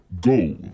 go